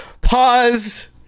Pause